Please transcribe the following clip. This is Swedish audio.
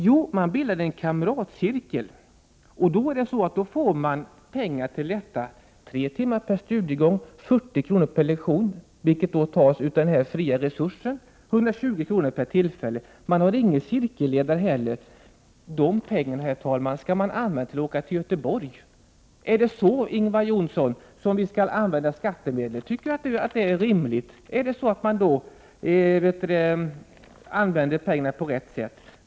Jo, de bildade en kamratcirkel. Då fick cirkeln pengar, 40 kr. per lektion, dvs. 120 kr. per cirkeltillfälle, vilket tas från den s.k. fria resursen. Deltagarna har ingen cirkelledare, och pengarna skall användas till en resa till Göteborg. Är det på detta sätt, Ingvar Johnsson, som skattemedlen skall användas? Tycker Ingvar Johnsson att det är rimligt? Används pengarna då på rätt sätt?